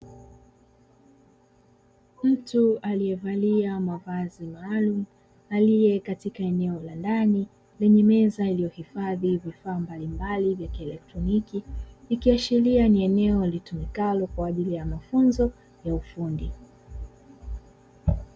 Mtu aliyevalia mavazi maalumu aliye katika eneo la ndani lenye meza iliyohifadhi vifaa mbalimbali vya kielektroniki. Ikiashiria ni eneo litumikalo kwa ajili ya mafunzo ya ufundi.